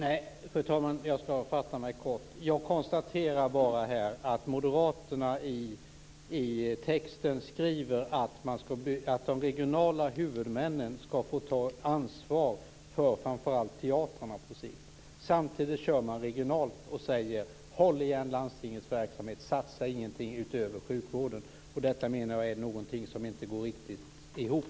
Fru talman! Jag skall fatta mig kort. Jag konstaterar att moderaterna i texten skriver att de regionala huvudmännen skall få ta ansvar för framför allt teatrarna på sikt. Samtidigt säger man regionalt: Håll igen landstingens verksamhet, satsa ingenting utöver på sjukvården. Detta är någonting som inte går riktigt ihop.